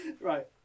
Right